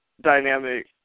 dynamic